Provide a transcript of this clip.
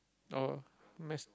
or mess